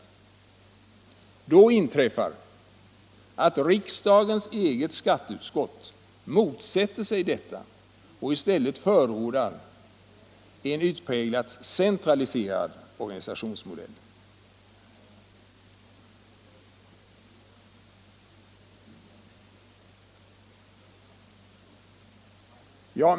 Då inträffar det, att riksdagens eget skatteutskott motsätter sig detta och i stället förordar en organisationsmodell som innebär utpräglad centralisering.